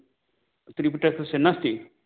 त्रिपिटकस्य नास्ति